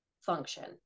function